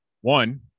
one